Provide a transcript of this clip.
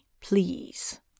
please